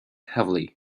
heavily